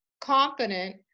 confident